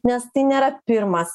nes tai nėra pirmas